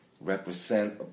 represent